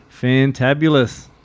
fantabulous